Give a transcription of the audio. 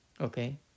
Okay